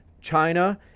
china